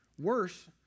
Worse